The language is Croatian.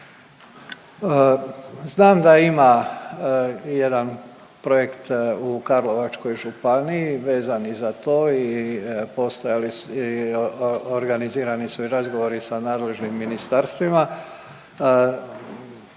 Znam da ima jedan projekt u Karlovačkoj županiji vezan i za to i organizirani su i razgovori sa nadležnim ministarstvima.